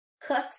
cooks